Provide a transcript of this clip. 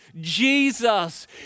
Jesus